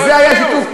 שלא הפריעו.